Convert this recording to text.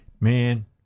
Man